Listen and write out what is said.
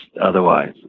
otherwise